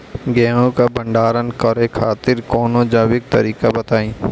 गेहूँ क भंडारण करे खातिर कवनो जैविक तरीका बताईं?